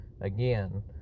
again